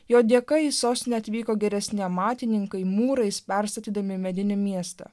jo dėka į sostinę atvyko geresni amatininkai mūrais perstatydami medinį miestą